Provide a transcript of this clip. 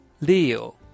Leo